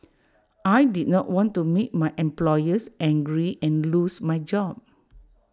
I did not want to make my employers angry and lose my job